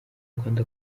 rwanda